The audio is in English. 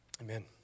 amen